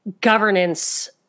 governance